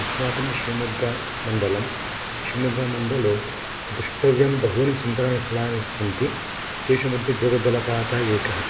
अस्माकं शिव्मोग्गामण्डलं शिव्मोग्गा मण्डले द्रष्टव्यं बहूनि सुन्दराणि स्थलानि सन्ति तेषु मध्ये जोग्जलपातः एकः